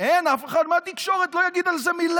אין, אף אחד מהתקשורת לא יגיד על זה מילה.